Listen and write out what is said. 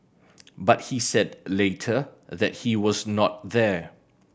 but he said later that he was not there